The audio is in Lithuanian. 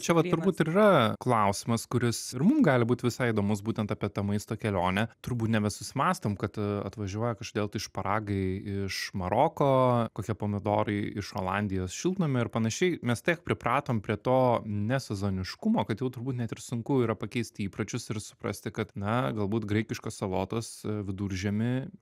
čia va turbūt ir yra klausimas kuris ir mum gali būt visai įdomus būtent apie tą maisto kelionę turbūt nebesusimąstom kad atvažiuoja kažkodėl tai šparagai iš maroko kokie pomidorai iš olandijos šiltnamio ir panašiai mes tiek pripratom prie to ne sezoniškumo kad jau turbūt net ir sunku yra pakeisti įpročius ir suprasti kad na galbūt graikiškos salotos viduržiemį